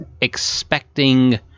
expecting